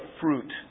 fruit